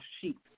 sheep